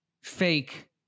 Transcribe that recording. fake